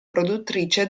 produttrice